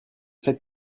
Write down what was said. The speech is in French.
faites